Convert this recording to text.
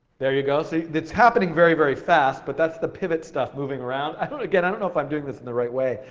there you go, so it's happening very very fast, but that's the pivot stuff moving around. i don't again, i don't know if i'm doing this and the right way,